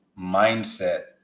mindset